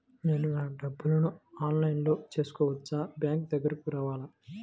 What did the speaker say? నేను నా డబ్బులను ఆన్లైన్లో చేసుకోవచ్చా? బ్యాంక్ దగ్గరకు రావాలా?